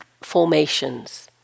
formations